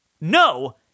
no